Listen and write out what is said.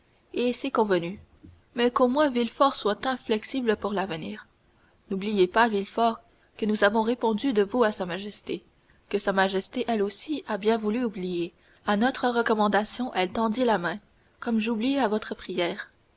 et c'est convenu mais qu'au moins villefort soit inflexible pour l'avenir n'oubliez pas villefort que nous avons répondu de vous à sa majesté que sa majesté elle aussi a bien voulu oublier à notre recommandation elle tendit la main comme j'oublie à votre prière